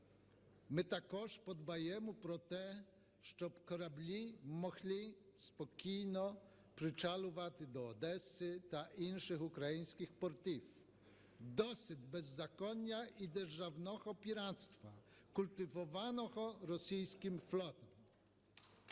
Ми також подбаємо про те, щоб кораблі могли спокійно причалювати до Одеси та інших українських портів. Досить беззаконня і державного піратства, культивованого російським флотом!